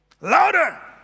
Louder